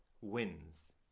wins